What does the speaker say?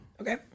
okay